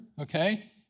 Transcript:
Okay